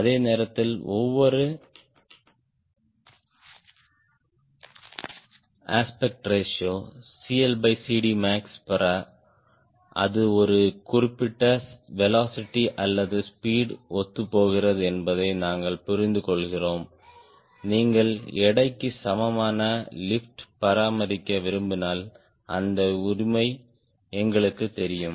அதே நேரத்தில் ஒவ்வொரு அஸ்பெக்ட் ரேஷியோ max பெற அது ஒரு குறிப்பிட்ட வெலோசிட்டி அல்லது ஸ்பீட் ஒத்துப்போகிறது என்பதை நாங்கள் புரிந்துகொள்கிறோம் நீங்கள் எடைக்கு சமமான லிப்ட் பராமரிக்க விரும்பினால் அந்த உரிமை எங்களுக்குத் தெரியும்